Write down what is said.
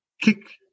kick